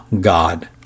God